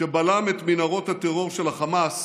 שבלם את מנהרות הטרור של החמאס